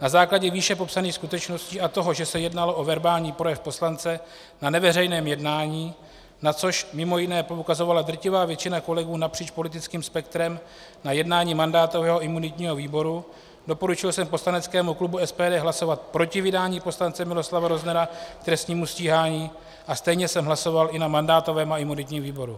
Na základě výše popsaných skutečností a toho, že se jednalo o verbální projev poslance na neveřejném jednání, na což mimo jiné poukazovala drtivá většina kolegů napříč politickým spektrem na jednání mandátového a imunitního výboru, doporučil jsem poslaneckému klubu SPD hlasovat proti vydání poslance Miloslava Roznera k trestnímu stíhání a stejně jsem hlasoval i na mandátovém a imunitním výboru.